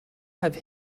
have